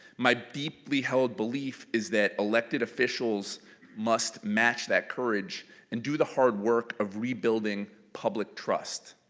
my deeply held belief is that elected officials must match that courage and do the hard work of rebuilding public trust.